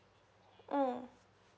mm